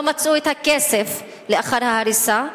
לא מצאו את הכסף לאחר ההריסה,